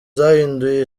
zahinduye